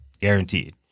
Guaranteed